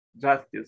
justice